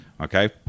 Okay